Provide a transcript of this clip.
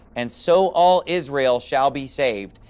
and so all israel shall be saved,